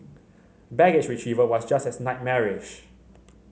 baggage retrieval was just as nightmarish